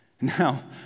Now